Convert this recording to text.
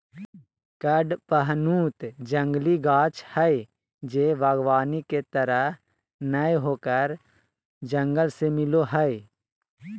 कडपहनुत जंगली गाछ हइ जे वागबानी के तरह नय होकर जंगल से मिलो हइ